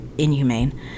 inhumane